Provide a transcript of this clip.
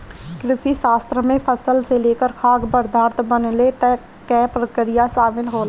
कृषिशास्त्र में फसल से लेकर खाद्य पदार्थ बनले तक कअ प्रक्रिया शामिल होला